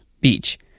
Beach